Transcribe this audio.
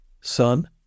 Son